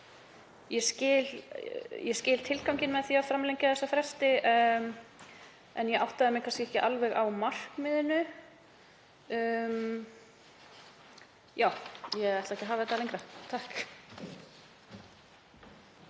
Ég skil tilganginn með því að framlengja þessa fresti en ég áttaði mig kannski ekki alveg á markmiðinu. Ég ætla ekki að hafa þetta lengra.